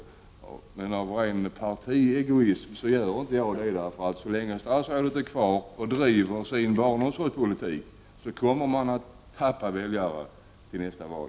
Men av ren partiegoism gör jag inte det. Så länge statsrådet är kvar och driver sin barnomsorgspolitik kommer socialdemokraterna att förlora väljare till nästa val.